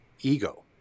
ego